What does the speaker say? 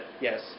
yes